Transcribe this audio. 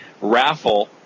raffle